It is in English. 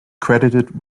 credited